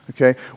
okay